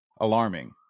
alarming